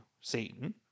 Satan